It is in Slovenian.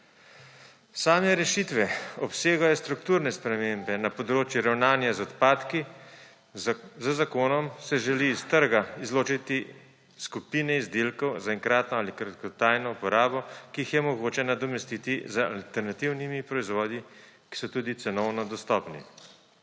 Same rešitve obsegajo strukturne spremembe na področju ravnanja z odpadki. Z zakonom se želi iz trga izločiti skupine izdelkov za enkratno ali kratkotrajno uporabo, ki jih je mogoče nadomestiti z alternativnimi proizvodi, ki so tudi cenovno dostopni.